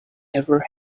ever